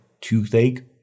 toothache